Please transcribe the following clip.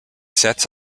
sets